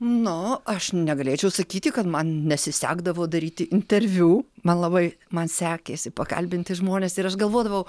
nu aš negalėčiau sakyti kad man nesisekdavo daryti interviu man labai man sekėsi pakalbinti žmones ir aš galvodavau